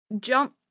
jump